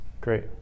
Great